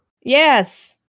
Yes